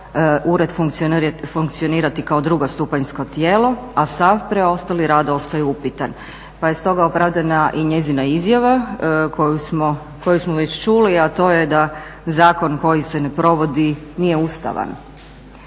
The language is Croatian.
ured funkcionirati kao drugostupanjsko tijelo a sav preostali rad ostaje upitan. Pa je stoga opravdana i njezina izjava koju smo već čuli, a to je da zakon koji se ne provodi nije ustavan.